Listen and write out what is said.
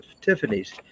tiffany's